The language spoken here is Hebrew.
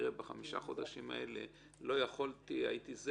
שבחמישה חודשים האלה הוא לא יכול היה,